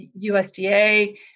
USDA